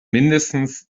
mindestens